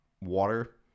water